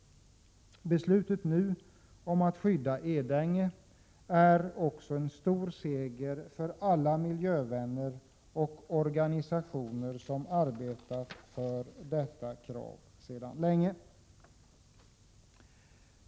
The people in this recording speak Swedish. Beslutet om att skydda Edänge är också en stor seger för alla miljövänner och organisationer som sedan länge arbetat för detta krav.